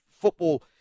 Football